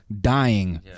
dying